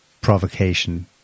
provocation